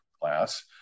class